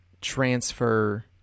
transfer